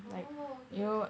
oh okay okay